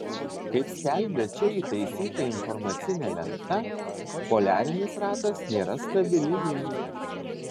kaip skelbia čia įtaisyta informacinė lenta poliarinis ratas nėra stabili linija